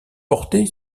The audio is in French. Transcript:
portée